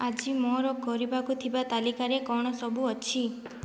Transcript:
ଆଜି ମୋର କରିବାକୁ ଥିବା ତାଲିକାରେ କ'ଣ ସବୁ ଅଛି